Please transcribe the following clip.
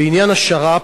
בעניין השר"פ,